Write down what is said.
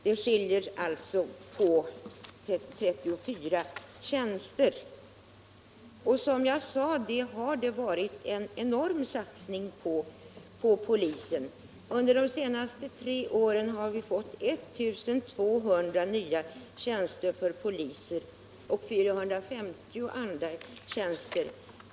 Det skiljer bara på 34 tjänster. Som jag sade har det gjorts en enorm satsning på polisen. Under de senaste tre åren har vi fått 1 200 nya polistjänster och 450 andra tjänster.